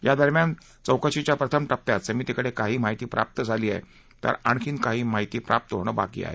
या दरम्यान चौकशीच्या प्रथम टप्प्यात समितीकडे काही माहिती प्राप्त झाली आहे तर आणखीन काही माहिती प्राप्त होणे बाकी आहे